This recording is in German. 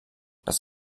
das